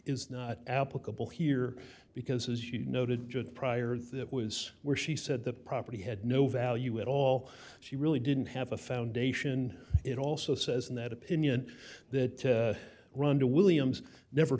is not applicable here because as you noted judge pryor that was where she said the property had no value at all she really didn't have a foundation it also says in that opinion that run to williams never